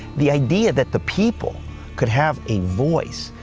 the idea that the people could have a voice,